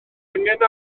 angen